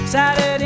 Saturday